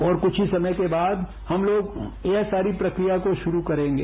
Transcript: और कुछ ही समय बाद हम लोग यह सारी प्रक्रिया को शुरू करेंगे